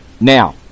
Now